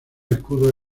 escudos